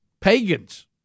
Pagans